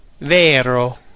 Vero